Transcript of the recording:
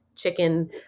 chicken